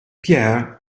pierre